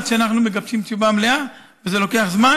ועד שאנחנו מגבשים תשובה מלאה זה לוקח זמן.